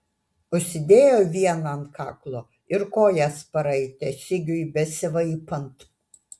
užsidėjo vieną ant kaklo ir kojas paraitė sigiui besivaipant